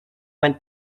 went